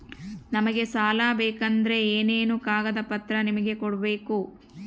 ನಮಗೆ ಸಾಲ ಬೇಕಂದ್ರೆ ಏನೇನು ಕಾಗದ ಪತ್ರ ನಿಮಗೆ ಕೊಡ್ಬೇಕು?